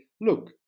look